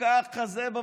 אני